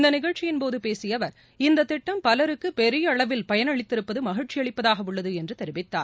இந்த நிகழ்ச்சியின் போது பேசிய அவர் இந்த திட்டம் பலருக்கு பெரிய அளவில் பயனளித்திருப்பது மகிழ்ச்சி அளிப்பதாக உள்ளது என்று தெரிவித்தார்